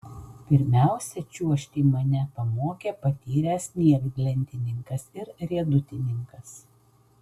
pirmiausia čiuožti mane pamokė patyręs snieglentininkas ir riedutininkas